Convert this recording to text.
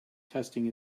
testing